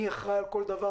מי אחראי על כל דבר,